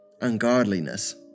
ungodliness